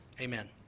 Amen